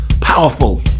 Powerful